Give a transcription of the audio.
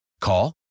Call